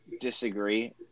disagree